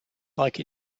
like